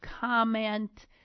comment